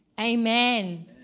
amen